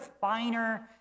finer